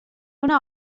una